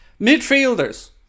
Midfielders